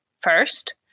First